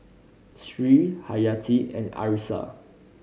Sri Hayati and Arissa